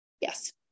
Yes